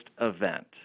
event